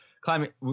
climate